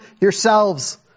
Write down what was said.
yourselves